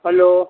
hello